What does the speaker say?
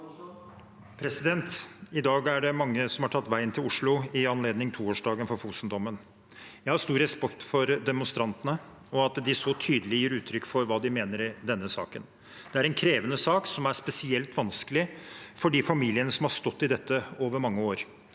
I dag er det man- ge som har tatt veien til Oslo i anledning toårsdagen for Fosen-dommen. Jeg har stor respekt for demonstrantene, og at de så tydelig gir uttrykk for hva de mener i denne saken. Det er en krevende sak som er spesielt vanskelig for de familiene som har stått i dette over mange år.